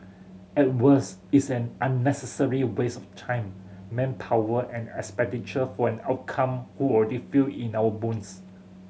at worse is an unnecessary waste of time manpower and expenditure for an outcome who already feel in our bones